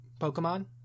Pokemon